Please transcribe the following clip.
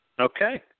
Okay